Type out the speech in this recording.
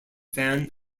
fan